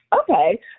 Okay